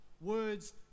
Words